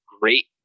great